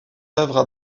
œuvres